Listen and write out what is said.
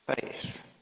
faith